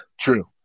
True